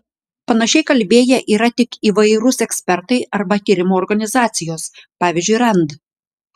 panašiai kalbėję yra tik įvairūs ekspertai arba tyrimų organizacijos pavyzdžiui rand